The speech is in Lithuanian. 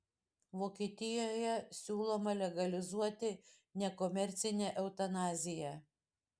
vokietijoje siūloma legalizuoti nekomercinę eutanaziją